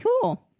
Cool